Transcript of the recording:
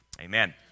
Amen